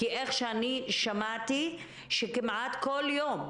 כי אני שמעתי שכמעט כל יום,